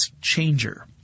Changer